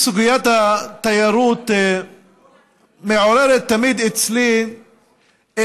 חבריי חברי הכנסת,) האמת היא שסוגיית התיירות מעוררת אצלי תמיד